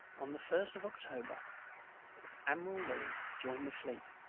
on the first of october admiral louis joined the fleet,